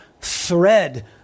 thread